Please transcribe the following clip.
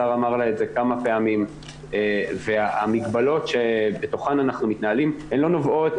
השר אמרה לה את זה כמה פעמים והמגבלות שבתוכן אנחנו מתנהלים לא נובעות